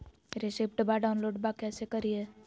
रेसिप्टबा डाउनलोडबा कैसे करिए?